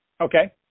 Okay